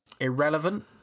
irrelevant